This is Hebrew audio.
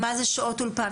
מה זה שעות אולפן?